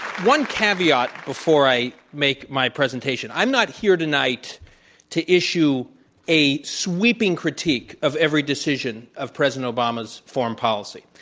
one caveat before i make my presentation. i'm not here tonight to issue a sweeping critique of every decision of president obama's foreign policy.